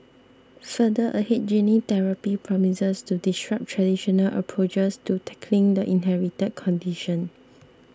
further ahead gene therapy promises to disrupt traditional approaches to tackling the inherited condition